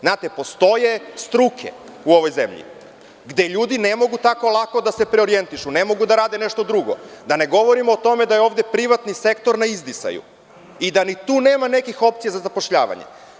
Znate, postoje struke u ovoj zemlji gde ljudi ne mogu tako lako da se preorijentišu, ne mogu da rade nešto drugo, da ne govorim o tome da je ovde privatni sektor na izdisaju i da ni tu nema nekih opcija za zapošljavanje.